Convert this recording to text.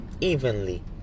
evenly